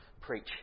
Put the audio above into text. preach